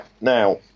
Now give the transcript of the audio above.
Now